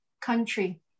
country